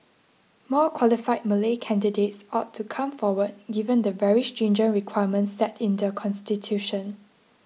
more qualified Malay candidates ought to come forward given the very stringent requirements set in the constitution